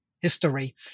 history